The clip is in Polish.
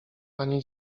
panie